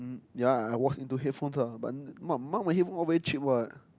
ya I was into headphones ah but now my headphones all very cheap what